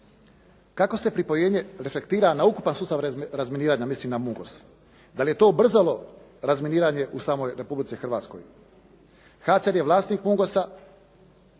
Kako se pripojenje reflektira na ukupan sustav razminiranja, mislim na “Mungos“. Da li je to ubrzalo razminiranje u samoj Republici Hrvatskoj. HCR je vlasnik “Mungosa“.